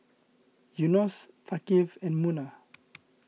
Yunos Thaqif and Munah